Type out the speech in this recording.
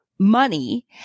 Money